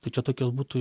tai čia tokia būtų